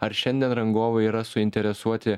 ar šiandien rangovai yra suinteresuoti